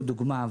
הוא דוגמה,